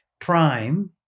prime